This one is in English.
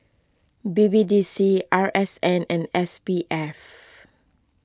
B B D C R S N and S P F